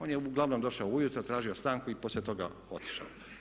On je uglavnom došao ujutro, tražio stanku i poslije toga otišao.